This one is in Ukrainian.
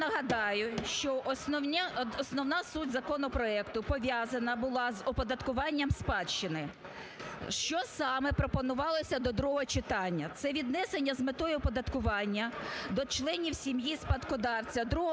нагадаю, що основна суть законопроекту пов'язана була з оподаткуванням спадщини. Що саме пропонувалося до другого читання? Це віднесення з метою оподаткування до членів сім'ї спадкодавця